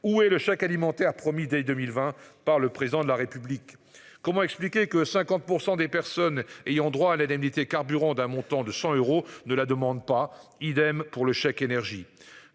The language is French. ou est le chèque alimentaire promis dès 2020 par le président de la République. Comment expliquer que 50% des personnes ayant droit à l'indemnité carburant d'un montant de 100 euros ne la demande pas. Idem pour le chèque énergie